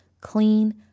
clean